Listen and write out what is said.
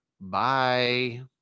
bye